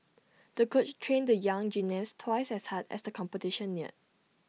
the coach trained the young gymnast twice as hard as the competition neared